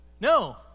No